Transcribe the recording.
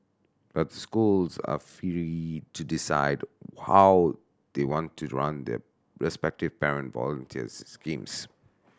but schools are free to decide how they want to run their respective parent volunteers schemes